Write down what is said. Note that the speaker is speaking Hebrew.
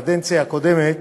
אנחנו עוברים להצעה הבאה,